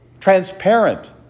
transparent